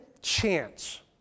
chance